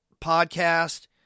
podcast